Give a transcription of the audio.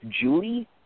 Julie